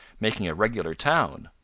making a regular town.